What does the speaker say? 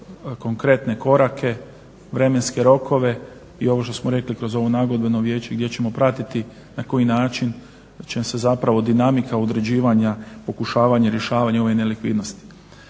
konkretne korake, vremenske rokove i ovo što smo rekli kroz ovo nagodbeno vijeće gdje ćemo pratiti na koji način će se zapravo dinamika određivanja, pokušavanje rješavanja ove nelikvidnosti.